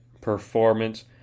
performance